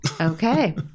Okay